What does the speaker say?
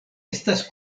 estas